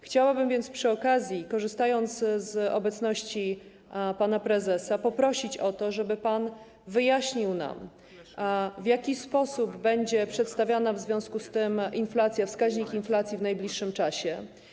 Chciałabym więc przy okazji, korzystając z obecności pana prezesa, poprosić o to, żeby pan wyjaśnił nam, w jaki sposób będzie przedstawiony wskaźnik inflacji w najbliższym czasie.